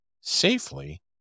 safely